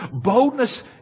Boldness